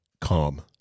calm